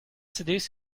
seduce